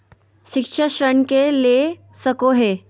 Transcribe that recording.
शिक्षा ऋण के ले सको है?